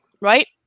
Right